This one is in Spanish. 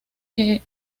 que